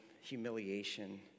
humiliation